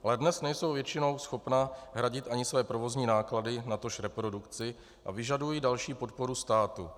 Ale dnes nejsou většinou schopna hradit ani své provozní náklady, natož reprodukci, a vyžadují další podporu státu.